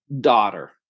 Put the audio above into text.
daughter